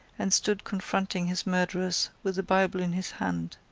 and stood confronting his murderers with the bible in his hand.